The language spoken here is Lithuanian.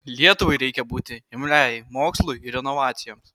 lietuvai reikia būti imliai mokslui ir inovacijoms